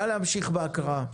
נא להמשיך בהקראה.